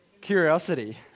Curiosity